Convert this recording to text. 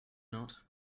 not